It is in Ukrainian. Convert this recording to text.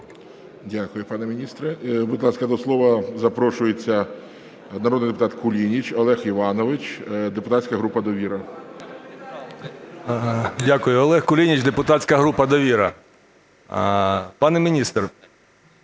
Дякую, пане міністре. Будь ласка, до слова запрошується народний депутат Кулініч Олег Іванович, депутатська група "Довіра". 10:41:43 КУЛІНІЧ О.І. Дякую. Олег Кулініч, депутатська група "Довіра". Пане міністр,